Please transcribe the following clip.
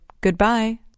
Goodbye